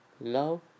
Love